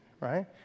Right